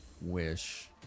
Wish